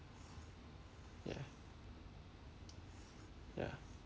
ya ya